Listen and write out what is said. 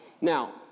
Now